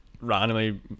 randomly